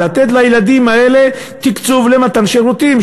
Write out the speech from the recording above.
לתת לילדים האלה תקצוב למתן שירותים.